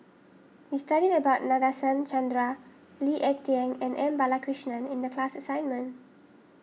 we studied about Nadasen Chandra Lee Ek Tieng and M Balakrishnan in the class assignment